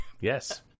Yes